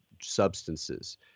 substances